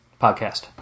podcast